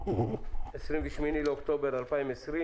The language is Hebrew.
היום 28 באוקטובר 2020,